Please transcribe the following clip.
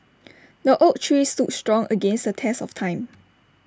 the oak tree stood strong against the test of time